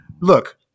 look